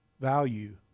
value